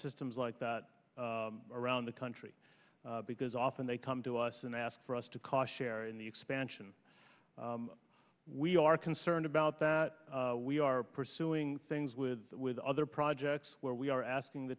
systems like that around the country because often they come to us and ask for us to cause share in the expansion we are concerned about that we are pursuing things with that with other projects where we are asking the